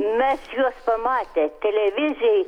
mes juos pamatę televizijoj